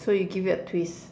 so you give it a twist